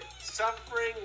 Suffering